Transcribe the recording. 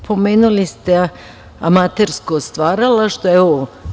Spomenuli ste amatersko stvaralaštvo.